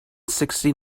sixty